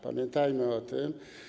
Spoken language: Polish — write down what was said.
Pamiętajmy o tym.